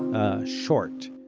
a short.